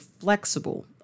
flexible